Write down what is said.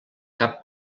cap